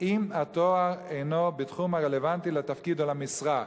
אם התואר אינו בתחום הרלוונטי לתפקיד או למשרה".